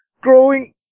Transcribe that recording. growing